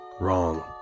Wrong